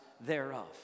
thereof